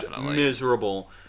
miserable